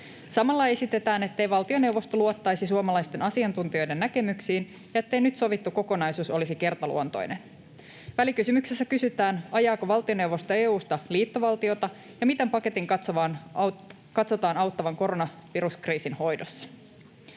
Samalla esitetään, ettei valtioneuvosto luottaisi suomalaisten asiantuntijoiden näkemyksiin ja ettei nyt sovittu kokonaisuus olisi kertaluontoinen. Välikysymyksessä kysytään, ajaako valtioneuvosto EU:sta liittovaltiota ja miten paketin katsotaan auttavan koronaviruskriisin hoidossa.